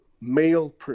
male